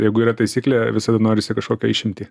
jeigu yra taisyklė visada norisi kažkokią išimtį